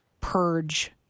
purge